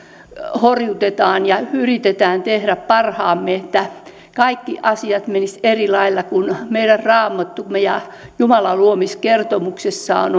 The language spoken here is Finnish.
horjutetaan yritetään tehdä parhaamme että kaikki asiat menisivät eri lailla niin kuin meidän raamattumme ja jumala luomiskertomuksessaan